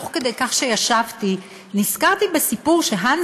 תוך כדי כך שישבתי נזכרתי בסיפור שהנס